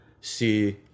see